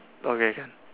okay can